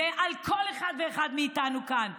זה על כל אחד ואחד מאיתנו כאן.